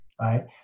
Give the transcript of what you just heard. right